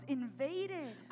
invaded